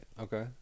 Okay